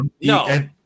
No